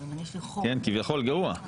כביכול גרוע.